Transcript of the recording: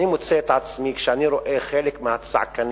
אני מוצא את עצמי כשאני רואה חלק מהצעקנים,